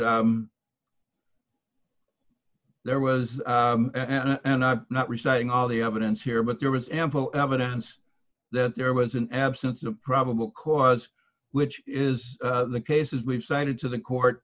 there was and i'm not reciting all the evidence here but there was ample evidence that there was an absence of probable cause which is the cases we've cited to the court